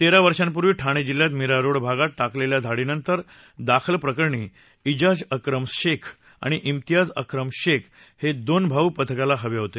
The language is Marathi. तेरा वर्षापूर्वी ठाणे जिल्ह्यात मीरा रोड भागात टाकलेल्या धाडीनंतर दाखल प्रकरणी इजाज अक्रम शेख आणि इलियास अक्रम शेख हे दोघे भाऊ पथकाला हवे होते